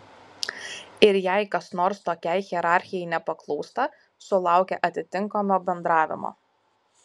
ir jei kas nors tokiai hierarchijai nepaklūsta sulaukia atitinkamo bendravimo